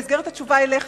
במסגרת התשובה אליך,